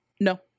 no